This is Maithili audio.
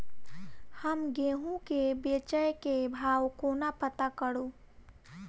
हम गेंहूँ केँ बेचै केँ भाव कोना पत्ता करू?